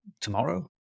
tomorrow